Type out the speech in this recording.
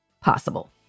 possible